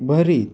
भरीत